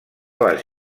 les